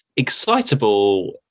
excitable